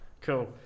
cool